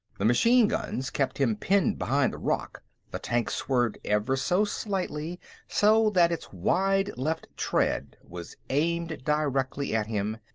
the machine guns kept him pinned behind the rock the tank swerved ever so slightly so that its wide left tread was aimed directly at him,